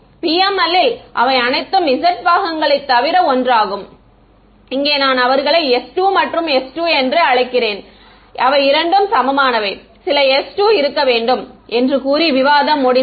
PML ல் அவை அனைத்தும் z பாகங்களைத் தவிர ஒன்றாகும் இங்கே நான் அவர்களை s2 மற்றும் s2 என்று அழைக்கிறேன் அவை இரண்டும் சமமானவை சில s2 இருக்க வேண்டும் என்று கூறி விவாதம் முடிந்தது